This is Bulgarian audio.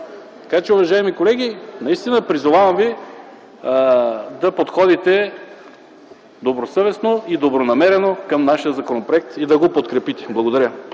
достъп. Уважаеми колеги, призовавам ви да подходите добросъвестно и добронамерено към нашия законопроект и да го подкрепите. Благодаря.